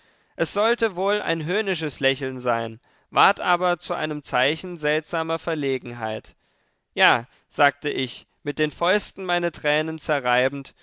es sollte wohl ein höhnisches lächeln sein ward aber zu einem zeichen seltsamer verlegenheit ja sagte ich mit den fäusten meine tränen zerreibend